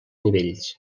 nivells